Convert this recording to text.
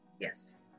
Yes